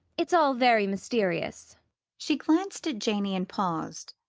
it's all very mysterious she glanced at janey and paused.